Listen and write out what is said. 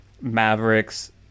Mavericks